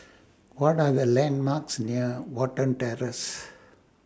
What Are The landmarks near Watten Terrace